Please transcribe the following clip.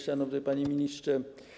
Szanowny Panie Ministrze!